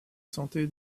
santé